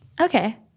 Okay